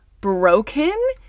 broken